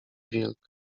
wilk